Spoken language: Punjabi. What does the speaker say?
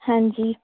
ਹਾਂਜੀ